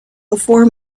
before